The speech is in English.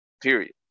period